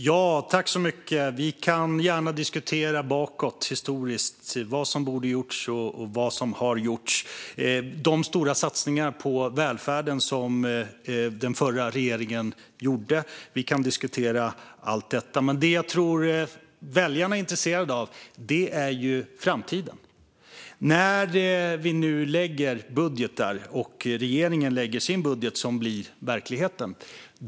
Fru talman! Vi kan gärna diskutera vad som borde ha gjorts och vad som har gjorts historiskt. Vi kan diskutera de stora satsningar på välfärden som den förra regeringen gjorde, men det jag tror att väljarna är intresserade av är framtiden. Vi lägger nu fram budgetförslag, och regeringen lägger fram sin budget - som blir verklighet.